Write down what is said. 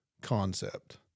concept